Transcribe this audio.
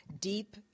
deep